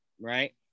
right